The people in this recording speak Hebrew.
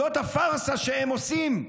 זאת הפארסה שהם עושים,